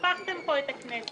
והפכתם פה את הכנסת.